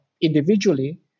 individually